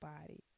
body